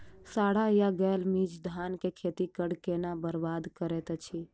साढ़ा या गौल मीज धान केँ खेती कऽ केना बरबाद करैत अछि?